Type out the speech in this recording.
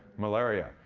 malaria.